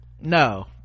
No